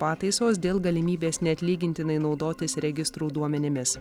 pataisos dėl galimybės neatlygintinai naudotis registrų duomenimis